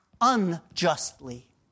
unjustly